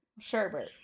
sherbert